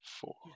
Four